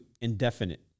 indefinite